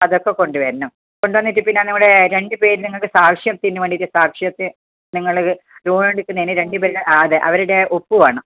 അതൊക്കെ കൊണ്ടുവരണം കൊണ്ടുവന്നിട്ട് പിന്നെ നമ്മുടെ രണ്ടു പേർ നിങ്ങൾക്ക് സാക്ഷ്യത്തിന് വേണ്ടിയിട്ട് സാക്ഷ്യത്തിന് നിങ്ങൾ ലോൺ എടുക്കുന്നതിന് രണ്ടുപേരുടെ ആ അതെ അവരുടെ ഒപ്പ് വേണം